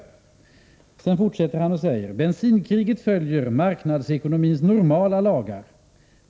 Han säger vidare: ”Bensinkriget följer marknadsekonomins normala lagar.